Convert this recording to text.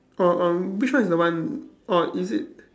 orh um which one is the one or is it